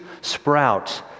sprout